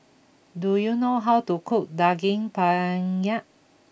do you know how to cook Daging Penyet